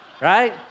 right